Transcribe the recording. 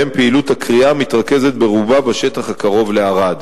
שבהם פעולת הכרייה מתרכזת ברובה בשטח הקרוב לערד.